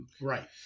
Right